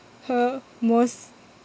her most